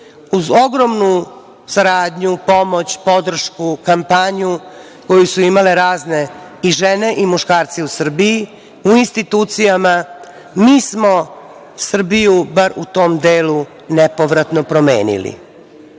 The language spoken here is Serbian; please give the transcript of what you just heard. Uz ogromnu saradnju, pomoć, podršku, kampanju, koju su imale razne i žene i muškarci u Srbiji, u institucijama, mi smo Srbiju bar u tom delu nepovratno promenili. Moj